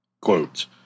Quote